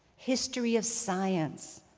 history of science,